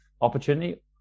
opportunity